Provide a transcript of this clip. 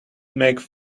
makes